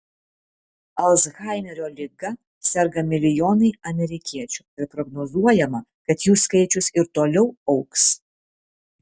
alzhaimerio liga serga milijonai amerikiečių ir prognozuojama kad jų skaičius ir toliau augs